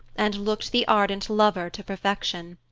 and looked the ardent lover to perfection.